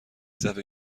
صفحه